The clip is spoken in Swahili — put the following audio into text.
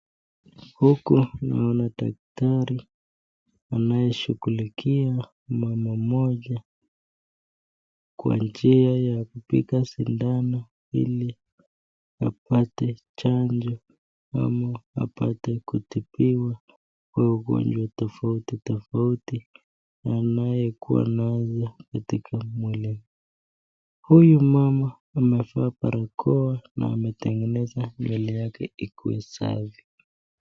Huku kuna dakitari anayeshungulikia mama moja kwa njia ya kupinga shindano ili, alate chanjo apate kutibiwa ugonjwa tofauti tofauti anayokuwa nayo katika miwili wake. Huyu mama amevaa barakoa na ametengeneza nywele yake iko safi.